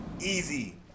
easy